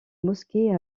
mosquée